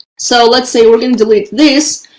so let's say we're going to delete this.